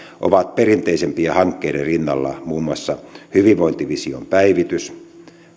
ovat perinteisempien hankkeiden rinnalla muun muassa hyvinvointivision päivitys